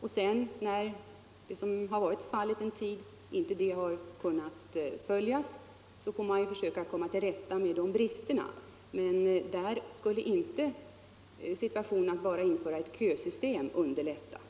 Om sedan riktlinjerna — som fallet har varit en tid — inte har kunnat följas, får man försöka komma till rätta med bristerna. Men då skulle inte metoden att införa ett kösystem skapa någon lättnad.